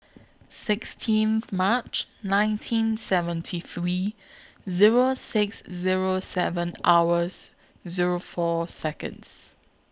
sixteen March nineteen seventy three Zero six Zero seven hours Zero four Seconds